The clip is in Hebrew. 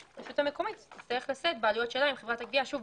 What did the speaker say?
והרשות המקומית תצטרך לשאת בעלויות שלה עם חברת הגבייה שוב,